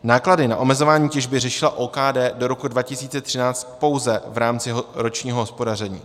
Náklady na omezování těžby řešila OKD do roku 2013 pouze v rámci ročního hospodaření.